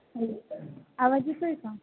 hello आवाज येतो आहे का